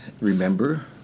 remember